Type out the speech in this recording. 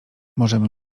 możemy